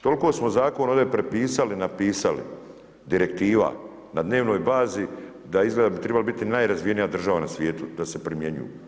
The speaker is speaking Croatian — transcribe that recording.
Toliko smo zakon ovdje prepisali i napisali, direktiva na dnevnoj bazi da izgleda bi trebali biti najrazvijenija država na svijetu da se primjenjuju.